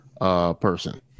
Person